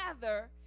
together